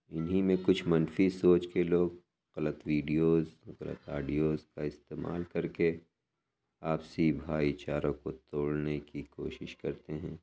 اِنہی میں کچھ منفی سوچ کے لوگ غلط ویڈیوز غلط آڈیوز کا استعمال کر کے آپسی بھائی چارہ کو توڑنے کی کوشش کرتے ہیں